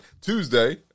Tuesday